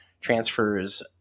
transfers